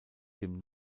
dem